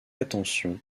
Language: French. attention